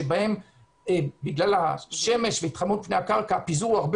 אז בגלל השמש והתחממות הקרקע הפיזור הוא הרבה